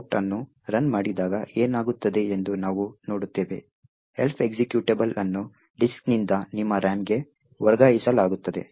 out ಅನ್ನು run ಮಾಡಿದಾಗ ಏನಾಗುತ್ತದೆ ಎಂದು ನಾವು ನೋಡುತ್ತೇವೆ Elf ಎಕ್ಸಿಕ್ಯೂಟಬಲ್ ಅನ್ನು ಡಿಸ್ಕ್ನಿಂದ ನಿಮ್ಮ RAM ಗೆ ವರ್ಗಾಯಿಸಲಾಗುತ್ತದೆ